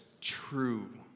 true